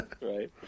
Right